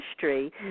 history